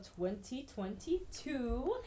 2022